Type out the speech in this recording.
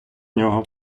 нього